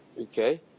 Okay